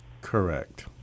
Correct